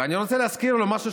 ואני רוצה להזכיר לו משהו,